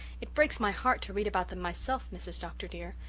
it breaks my heart to read about them myself, mrs. dr. dear,